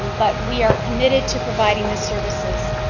but we are committed to providing the services.